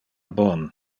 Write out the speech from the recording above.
bon